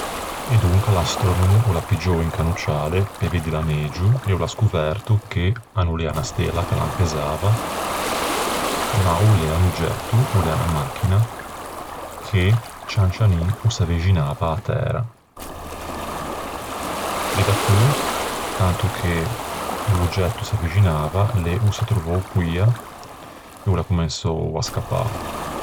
E donca l'astrònomo o l'à piggiou un canocciale pe veddila megio, e o l'à scoverto che a no l'ea unna stella ch'a lampezzava, ma o l'ea un oggetto, o l'ea unna machina, che cian cianin o s'avvexinava a-a Tæra. E dapeu, tanto che l'oggetto o s'avvexinava, lê o s'é attrovou poia e o l'à comensou à scappâ.